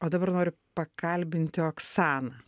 o dabar noriu pakalbinti oksaną